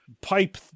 pipe